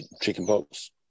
chickenpox